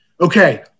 Okay